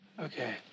Okay